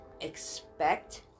Expect